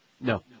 No